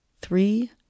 three